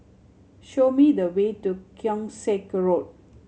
show me the way to Keong Saik Road